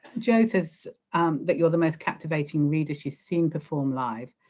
jo says that you're the most captivating reader she's seen perform live,